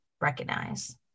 recognize